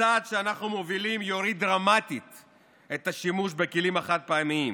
הצעד שאנחנו מובילים יוריד דרמטית את השימוש בכלים החד-פעמיים.